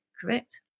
correct